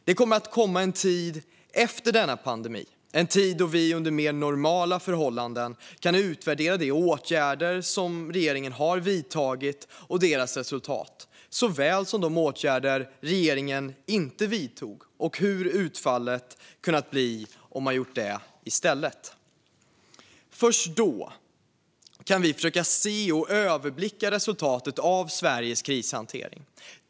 Det kommer att komma en tid efter denna pandemi då vi under mer normala förhållanden kan utvärdera de åtgärder som regeringen har vidtagit och deras resultat och de åtgärder som regeringen inte har vidtagit och hur utfallet hade kunnat bli om man vidtagit de åtgärder som inte vidtagits. Först då kan vi försöka se och överblicka resultatet av Sveriges krishantering.